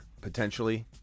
potentially